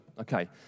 okay